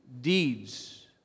deeds